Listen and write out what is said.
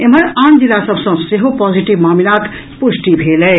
एम्हर आन जिला सभ सँ सेहो पॉजिटिव मामिलाक पुष्टि भेल अछि